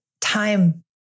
time